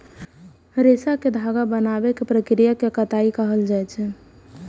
रेशा कें धागा बनाबै के प्रक्रिया कें कताइ कहल जाइ छै